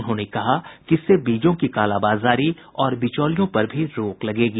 उन्होंने कहा कि इससे बीजों की कालाबाजारी और बिचौलियों पर भी रोक लगेगी